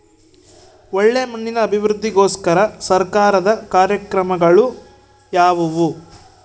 ಒಳ್ಳೆ ಮಣ್ಣಿನ ಅಭಿವೃದ್ಧಿಗೋಸ್ಕರ ಸರ್ಕಾರದ ಕಾರ್ಯಕ್ರಮಗಳು ಯಾವುವು?